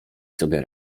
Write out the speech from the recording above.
sobie